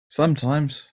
sometimes